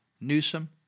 Newsom